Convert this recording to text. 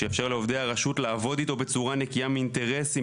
שיאפשר לעובדי הרשות לעבוד איתו בעבודה נקייה מאינטרסים.